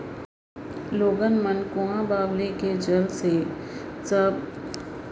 लोगन मन कुंआ बावली के चल ले सब के घर बाड़ी बखरी लगावय अउ टेड़ा टेंड़ के अपन बारी बखरी म पानी पलोवय